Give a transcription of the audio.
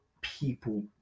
people